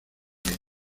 bien